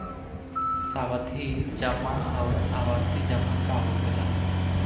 सावधि जमा आउर आवर्ती जमा का होखेला?